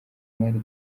umwali